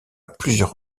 plusieurs